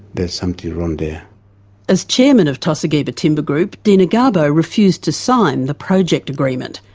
there's something wrong and as chairman of tosigiba timber group, dina gabo refused to sign the project agreement,